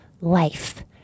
life